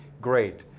great